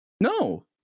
No